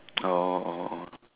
oh oh oh